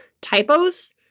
typos